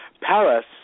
Paris